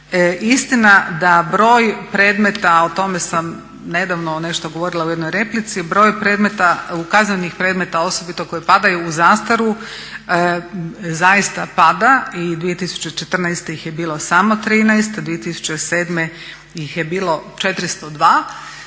Istina da broj predmeta, o tome sam nedavno nešto govorila u jednoj replici, broj kaznenih predmeta, osobito koji padaju u zastaru zaista pada i 2014. ih je bilo samo 13, 2007. ih je bilo 402.